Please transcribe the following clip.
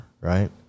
right